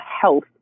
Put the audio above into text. health